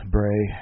Bray